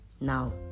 Now